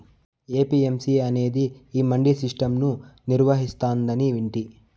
APMC అనేది ఈ mandi system ను నిర్వహిస్తాందని వింటి